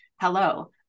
hello